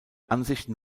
ansichten